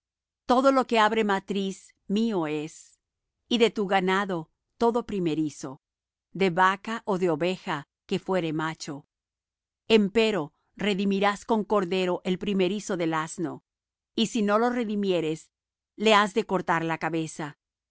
todo lo que abre matriz mío es y de tu ganado todo primerizo de vaca ó de oveja que fuere macho empero redimirás con cordero el primerizo del asno y si no lo redimieres le has de cortar la cabeza